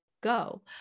go